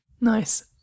Nice